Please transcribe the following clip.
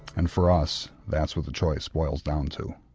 and for us that's what the choice boils down to.